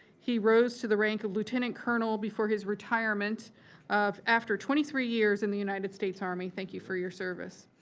he rose to the rank of lieutenant colonel before his retirement after twenty three years in the united states army. thank you for your service.